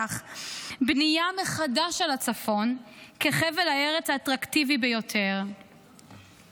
בנייה מחדש של הצפון כחבל הארץ האטרקטיבי ביותר,